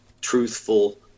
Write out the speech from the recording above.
truthful